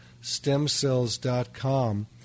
stemcells.com